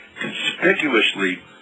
conspicuously